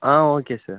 ah okay sir